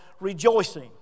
rejoicing